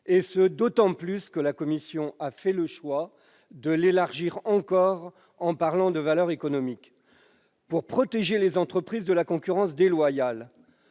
d'autant plus que la commission a fait le choix de l'élargir encore, en parlant de « valeur économique ». Pour protéger les entreprises de la concurrence déloyale,